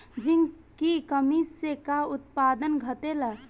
Zinc की कमी से का उत्पादन घटेला?